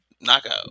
knockout